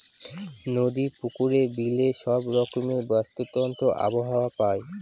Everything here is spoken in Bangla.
নদী, পুকুরে, বিলে সব রকমের বাস্তুতন্ত্র আবহাওয়া পায়